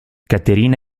caterina